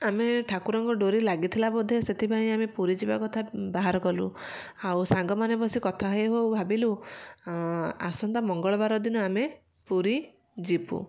ଆମେ ଠାକୁରଙ୍କ ଡୋରି ଲାଗିଥିଲା ବୋଧେ ସେଥିପାଇଁ ଆମେ ପୁରୀ ଯିବା କଥା ବାହାର କଲୁ ଆଉ ସାଙ୍ଗମାନେ ବସି କଥା ହଉ ହଉ ଭାବିଲୁ ଆସନ୍ତା ମଙ୍ଗଳବାର ଦିନ ଆମେ ପୁରୀ ଯିବୁ